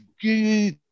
good